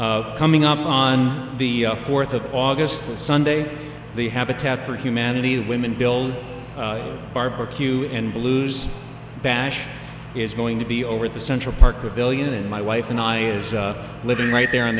coming up on the fourth of august sunday the habitat for humanity women build barbecue and blues bash is going to be over the central park of billion and my wife and i is living right there on